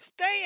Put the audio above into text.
Stay